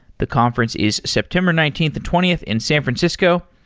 the conference is september nineteenth and twentieth in san francisco.